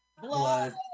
Blood